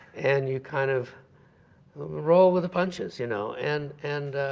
and you kind of roll with the punches. you know and and